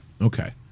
Okay